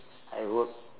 I worked